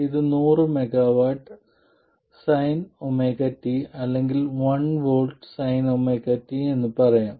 ഇത് 100 mV sinωt അല്ലെങ്കിൽ 1 V sinωt എന്ന് പറയാം